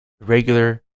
regular